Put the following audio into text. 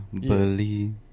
Believe